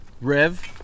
Rev